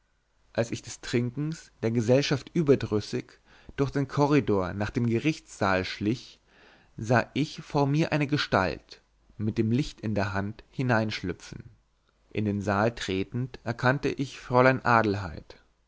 als ich des trinkens der gesellschaft überdrüssig durch den korridor nach dem gerichtssaal schlich sah ich vor mir eine gestalt mit dem licht in der hand hineinschlüpfen in den saal tretend erkannte ich fräulein adelheid